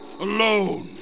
Alone